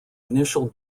initial